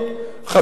המדינה,